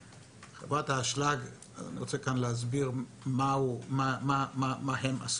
אני רוצה להסביר מה חברת האשלג עשתה.